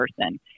person